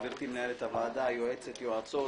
גברתי מנהלת הוועדה, יועצות, רשמת,